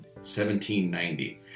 1790